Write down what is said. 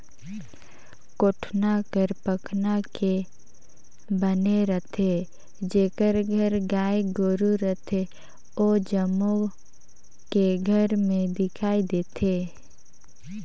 कोटना हर पखना के बने रथे, जेखर घर गाय गोरु रथे ओ जम्मो के घर में दिखइ देथे